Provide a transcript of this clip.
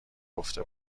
گفته